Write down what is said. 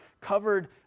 covered